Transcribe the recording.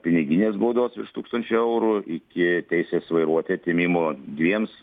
piniginės baudos virš tūkstančio eurų iki teisės vairuoti atėmimo dviems